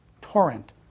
torrent